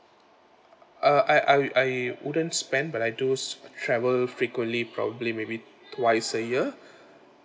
uh I I I wouldn't spend but I do s~ travel frequently probably maybe twice a year